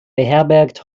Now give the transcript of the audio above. beherbergt